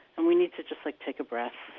and we need to just, like, take a breath,